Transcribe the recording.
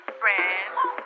friends